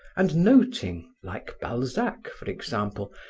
and noting, like balzac for example,